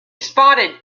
spotted